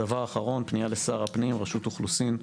דבר אחרון, פנייה לשר הפנים, רשות האוכלוסין.